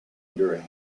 under